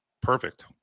perfect